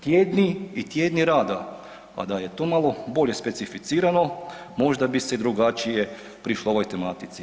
Tjedni i tjedni rada, a da je tu malo bolje specificirano možda bi se drugačije prišlo ovoj tematici.